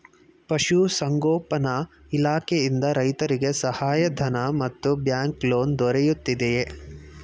ಪಶು ಸಂಗೋಪನಾ ಇಲಾಖೆಯಿಂದ ರೈತರಿಗೆ ಸಹಾಯ ಧನ ಮತ್ತು ಬ್ಯಾಂಕ್ ಲೋನ್ ದೊರೆಯುತ್ತಿದೆಯೇ?